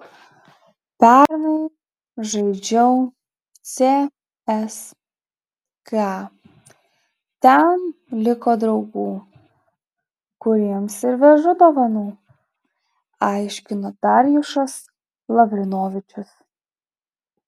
pernai žaidžiau cska ten liko draugų kuriems ir vežu dovanų aiškino darjušas lavrinovičius